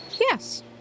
Yes